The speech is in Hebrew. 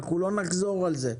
לא נחזור על זה.